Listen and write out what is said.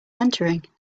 entering